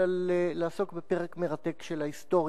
אלא לעסוק בפרק מרתק של ההיסטוריה.